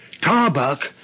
Tarbuck